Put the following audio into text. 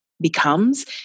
becomes